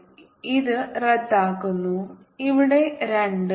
ഇത് റദ്ദാക്കുന്നു ഇവിടെ 2